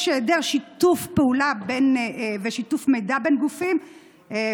יש היעדר שיתוף פעולה ושיתוף מידע בין הגופים.